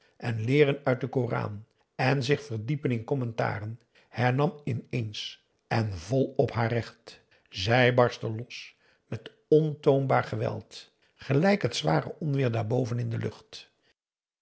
en leeren uit den koran en zich verdiepen in commentaren hernam ineens en volop haar recht zij barste los met ontoombaar geweld gelijk het zware onweer daarboven in de lucht